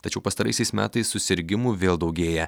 tačiau pastaraisiais metais susirgimų vėl daugėja